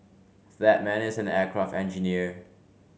that man is an aircraft engineer